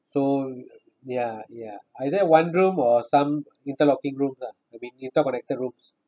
so ya ya either one room or some interlocking room uh I mean interconnected room